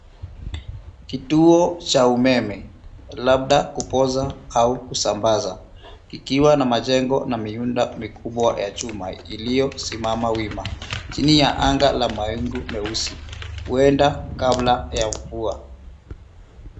Kituo cha umeme, labda kupoza, au kusambaza kikiwa na majengo na miundo mikubwa ya chuma, iliosimama wima, chini ya anga la mawingu meusi, huenda kabla ya mvua.